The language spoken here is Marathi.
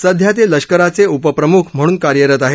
सध्या ते लष्कराचे उपप्रम्ख म्हणून कार्यरत आहेत